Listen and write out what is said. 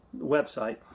website